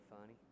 funny